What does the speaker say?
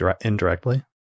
indirectly